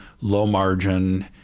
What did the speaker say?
low-margin